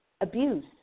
abuse